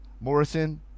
Morrison